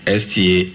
sta